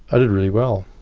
i did really well.